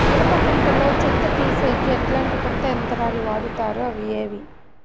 మిరప పంట లో చెత్త తీసేకి ఎట్లాంటి కొత్త యంత్రాలు వాడుతారు అవి ఏవి?